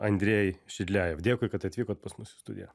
andrej šildiajev dėkui kad atvykot pas mus į studiją